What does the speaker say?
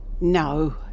No